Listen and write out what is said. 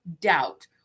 doubt